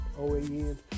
OAN